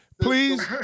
Please